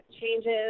changes